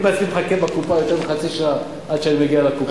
אני בעצמי מחכה בתור לקופה יותר מחצי שעה עד שאני מגיע לקופה.